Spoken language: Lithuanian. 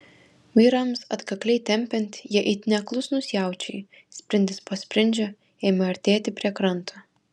vyrams atkakliai tempiant jie it neklusnūs jaučiai sprindis po sprindžio ėmė artėti prie kranto